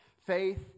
Faith